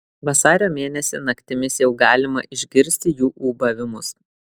vasario mėnesį naktimis jau galima išgirsti jų ūbavimus